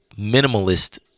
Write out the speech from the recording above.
minimalist